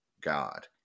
God